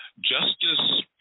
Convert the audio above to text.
Justice